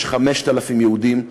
יש 5,000 יהודים באתיופיה,